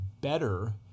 better